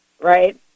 right